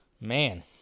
Man